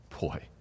boy